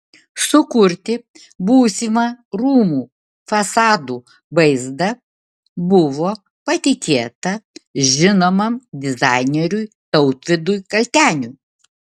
sukurti būsimą rūmų fasadų vaizdą buvo patikėta žinomam dizaineriui tautvydui kalteniui